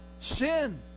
sin